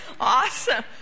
awesome